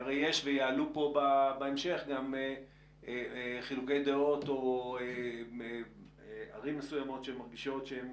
יעלו כאן בהמשך חילוקי דעות או ערים מסוימות שמרגישות שהן